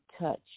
touch